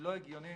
לא הגיוני